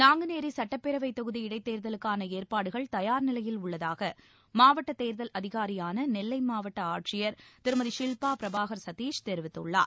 நாங்குநேரி சுட்டப்பேரவைத் தொகுதி இடைத்தேர்தலுக்கான ஏற்பாடுகள் தயார்நிலையில் உள்ளதாக மாவட்ட கேர்கல் அதிகாரியான நெல்லை மாவட்ட ஆட்சியர் திருமதி ஷில்பா பிரபாகர் சதீஷ் தெரிவித்துள்ளார்